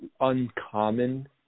uncommon